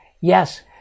Yes